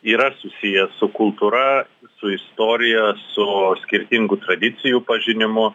yra susijęs su kultūra su istorija su skirtingų tradicijų pažinimu